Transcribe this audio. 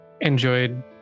enjoyed